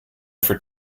for